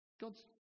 God's